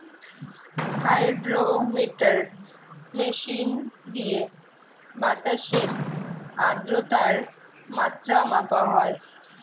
hydrometer machine দিয়ে বাতাসের আদ্রতার মাত্রা মাপা হয়